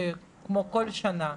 כמו כל שנה,